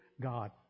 God